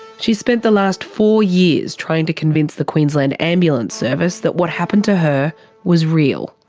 she's spent the last four years trying to convince the queensland ambulance service that what happened to her was real.